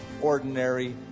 ordinary